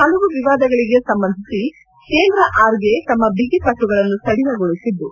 ಹಲವು ವಿವಾದಗಳಿಗೆ ಸಂಬಂಧಿಸಿ ಕೇಂದ್ರ ಆರ್ಬಿಐ ತಮ್ಮ ಬಿಗಿಪಟ್ಟುಗಳನ್ನು ಸಡಿಲಗೊಳಿಸಿದ್ದು